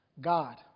God